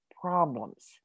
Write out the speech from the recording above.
problems